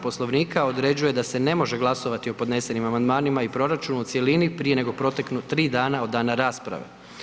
Poslovnika određuje da se ne može glasovati o podnesenim amandmanima i proračunu u cjelini prije nego proteknu 3 dana od dana rasprave.